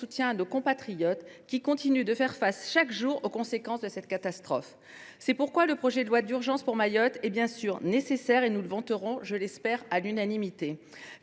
soutien à nos compatriotes qui continuent de faire face chaque jour aux conséquences de cette catastrophe. Le projet de loi d’urgence pour Mayotte est bien sûr nécessaire et nous le voterons, je l’espère, à l’unanimité.